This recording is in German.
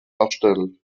erstellt